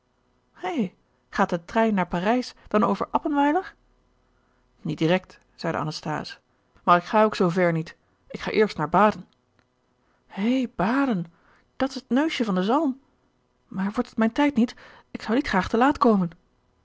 hé gaat de trein naar parijs dan over appenweiler niet direct zeide anasthase maar ik ga ook zoo ver niet ik ga eerst naar baden hè baden dat is t neusje van den zalm maar wordt het mijn tijd niet ik zou niet graag te laat komen